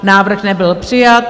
Návrh nebyl přijat.